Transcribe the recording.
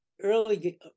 early